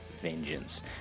Vengeance